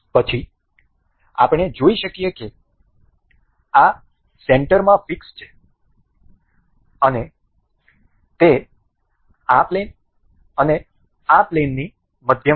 તેથી આપણે જોઈ શકીએ કે આ સેન્ટરમાં ફિક્સ છે અને તે આ પ્લેન અને આ પ્લેનની મધ્યમાં છે